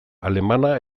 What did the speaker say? alemana